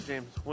James